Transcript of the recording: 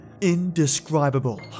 indescribable